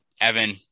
Evan